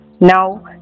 Now